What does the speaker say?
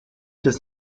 des